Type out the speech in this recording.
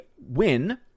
win